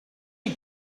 you